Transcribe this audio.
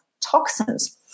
toxins